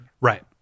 Right